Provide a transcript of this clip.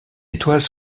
étoiles